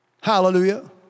Hallelujah